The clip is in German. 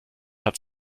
hat